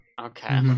Okay